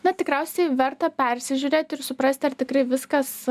na tikriausiai verta persižiūrėti ir suprasti ar tikrai viskas